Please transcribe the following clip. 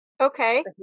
Okay